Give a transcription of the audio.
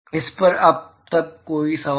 इस पर अब तक कोई सवाल